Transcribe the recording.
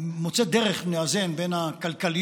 הכנסת רם בן ברק,